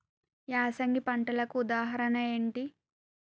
యాసంగి పంటలకు ఉదాహరణ ఏంటి?